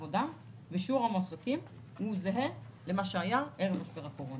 שיעור המועסקים זהה למה שהיה ערב משבר הקורונה.